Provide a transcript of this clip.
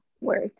work